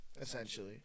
essentially